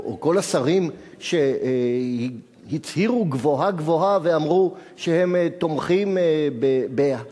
או כל השרים שהצהירו גבוהה גבוהה ואמרו שהם תומכים בחקיקה,